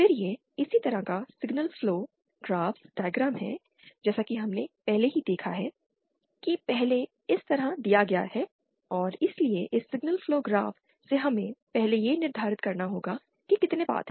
फिर यह इसी तरह का सिग्नल फ्लो ग्राफ डायग्राम है जैसा कि हमने पहले ही देखा है कि पहले इस तरह दिया गया है और इसलिए इस सिग्नल फ्लो ग्राफ से हमें पहले यह निर्धारित करना होगा कि कितने पाथ हैं